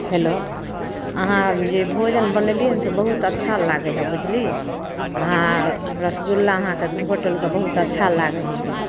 hello अहाँ जे भोजन बनेलिए ने से बहुत अच्छा लागै हइ बुझलिए आओर रसगुल्ला अहाँके होटलके बहुत अच्छा लागै हइके